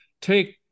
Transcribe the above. take